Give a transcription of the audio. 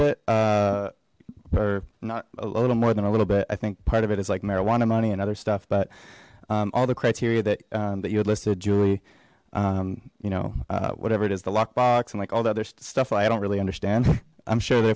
bit or not a little more than a little bit i think part of it is like marijuana money and other stuff but all the criteria that that you listed julie you know whatever it is the lockbox and like all the other stuff i don't really understand i'm sure that